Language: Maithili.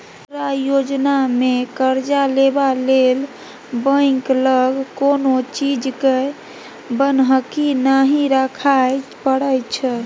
मुद्रा योजनामे करजा लेबा लेल बैंक लग कोनो चीजकेँ बन्हकी नहि राखय परय छै